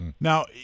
Now